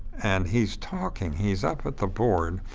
and he's talking, he's up at the board,